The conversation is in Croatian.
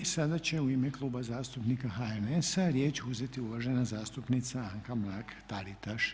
I sada će u ime Kluba zastupnika HNS-a riječ uzeti uvažena zastupnica Anka mrak-Taritaš.